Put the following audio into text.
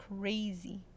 crazy